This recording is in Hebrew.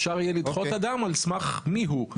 אפשר יהיה לדחות אדם על סמך מי הוא.